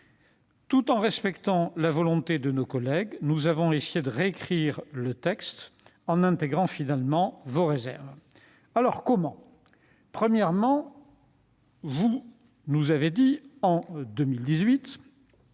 Tout en respectant la volonté de nos collègues, nous avons essayé de réécrire le texte en tenant compte de vos réserves et de vos critiques. Comment ? Premièrement, vous nous avez dit, en 2018,